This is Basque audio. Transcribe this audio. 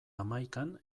hamaikan